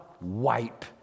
wipe